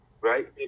right